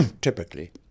typically